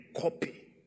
copy